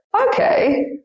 okay